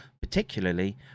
particularly